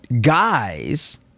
Guys